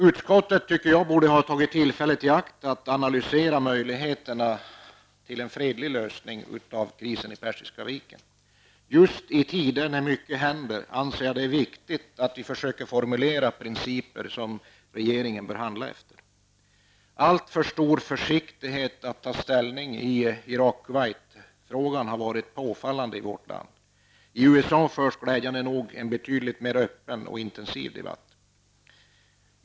Utskottet borde, tycker jag, ha tagit tillfället i akt att analysera möjligheterna till en fredlig lösning av krisen i Persiska viken. Just i tider när mycket händer är det viktigt, anser jag, att vi försöker formulera principer som regeringen bör handla efter. Alltför stor försiktighet när det gäller att ta ställning i Irak--Kuwait-frågan har varit påfallande i vårt land. I USA förs glädjande nog en betydligt mer öppen och intensiv debatt.